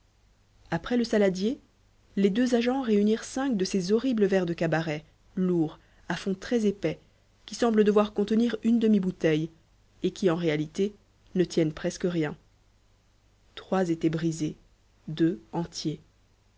après le saladier les deux agents réunirent cinq de ces horribles verres de cabaret lourds à fond très épais qui semblent devoir contenir une demi bouteille et qui en réalité ne tiennent presque rien trois étaient brisés deux entiers